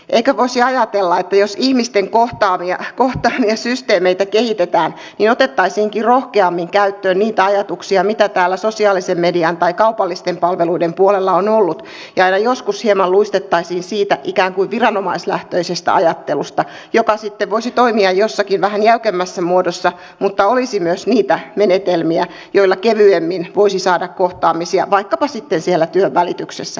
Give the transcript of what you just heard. eikö voisi ajatella että jos ihmisten kohtaamissysteemeitä kehitetään niin otettaisiinkin rohkeammin käyttöön niitä ajatuksia joita täällä sosiaalisen median tai kaupallisten palveluiden puolella on ollut ja joskus hieman luistettaisiin siitä ikään kuin viranomaislähtöisestä ajattelusta joka sitten voisi toimia jossakin vähän jäykemmässä muodossa mutta olisi myös niitä menetelmiä joilla kevyemmin voisi saada kohtaamisia vaikkapa sitten siellä työnvälityksessä